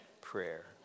prayer